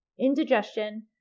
Indigestion